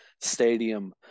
stadium